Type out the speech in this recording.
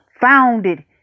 founded